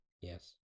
Yes